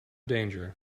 danger